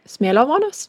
smėlio vonios